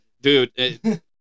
dude